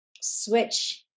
switch